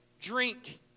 Drink